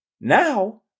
Now